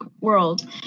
world